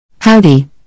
Howdy